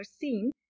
seen